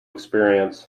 experience